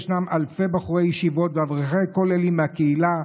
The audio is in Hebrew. ישנם אלפי בחורי ישיבות ואברכי כוללים מהקהילה,